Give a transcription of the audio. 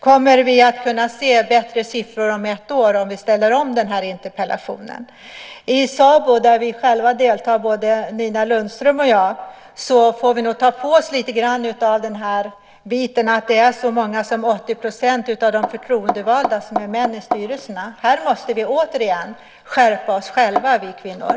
Kommer vi att kunna se bättre siffror om ett år om vi ställer om den här interpellationen? I SABO, där både Nina Lundström och jag deltar, får vi nog ta på oss lite grann av den här biten att det är så många som 80 % av de förtroendevalda som är män i styrelserna. Här måste vi återigen själva skärpa oss, vi kvinnor.